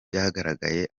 byagaragaye